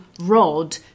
rod